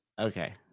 Okay